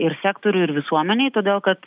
ir sektoriui ir visuomenei todėl kad